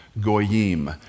Goyim